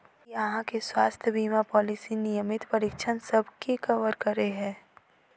की अहाँ केँ स्वास्थ्य बीमा पॉलिसी नियमित परीक्षणसभ केँ कवर करे है?